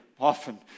often